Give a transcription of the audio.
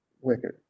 wicked